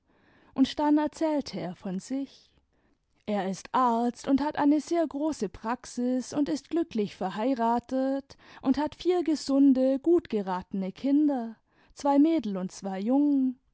und dann erzählte er von sich er ist arzt und hat eine sehr große praxis imd ist glücklich verheiratet und hat vier gesunde gut geratene kinder zwei mädel und zwei jungen